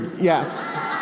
Yes